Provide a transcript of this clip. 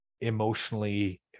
emotionally